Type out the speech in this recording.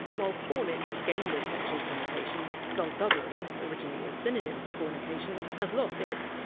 while! fornix! gained a sexual connotation! skullduggery! originally a synonym for! fornication! has lost its,